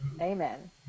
Amen